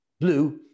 blue